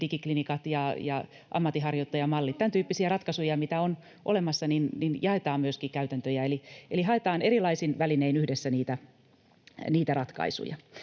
digiklinikat ja ammatinharjoittajamallin. Tämän tyyppisiä ratkaisuja, mitä on olemassa, jaetaan, ja myöskin käytäntöjä, eli haetaan erilaisin välinein yhdessä niitä ratkaisuja,